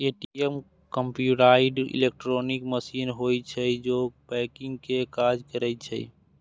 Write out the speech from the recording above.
ATM computerised electronic machine होइ छै, जे बैंकिंग के काज करै छै